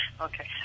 Okay